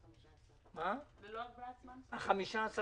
סעיפים 22(2ב) ו-22א לפקודת הקרקעות (רכישה לצרכי ציבור),